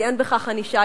כי אין בכך ענישה,